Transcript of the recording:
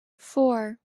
four